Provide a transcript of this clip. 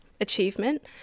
achievement